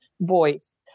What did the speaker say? voice